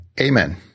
Amen